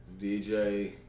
DJ